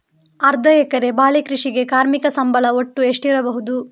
ಅರ್ಧ ಎಕರೆಯ ಬಾಳೆ ಕೃಷಿಗೆ ಕಾರ್ಮಿಕ ಸಂಬಳ ಒಟ್ಟು ಎಷ್ಟಿರಬಹುದು?